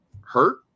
hurt